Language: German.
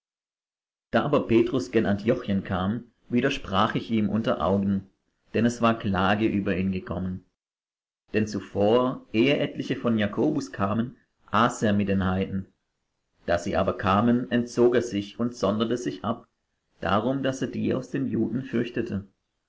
da aber petrus gen antiochien kam widerstand ich ihm unter augen denn es war klage über ihn gekommen denn zuvor ehe etliche von jakobus kamen aß er mit den heiden da sie aber kamen entzog er sich und sonderte sich ab darum daß er die aus den juden fürchtete